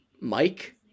Mike